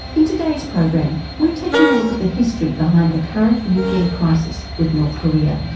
in today's program we're taking a look at the history behind the current nuclear crisis with north korea.